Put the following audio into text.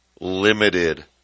limited